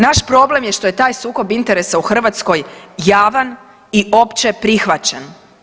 Naš problem je što je taj sukob interesa u Hrvatskoj javan i općeprihvaćen.